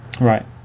right